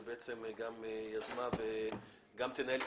שבעצם גם יזמה וגם תנהל את